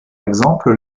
exemple